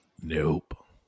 Nope